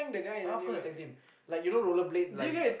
ya of course the tag team like you know roller blade like